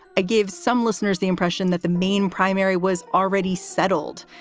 i gave some listeners the impression that the maine primary was already settled.